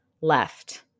left